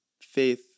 faith